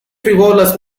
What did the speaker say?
frivolous